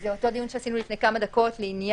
זה אותו דיון שקיימנו לפני כמה דקות מתי